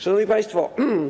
Szanowni Państwo!